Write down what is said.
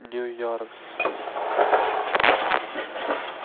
New York city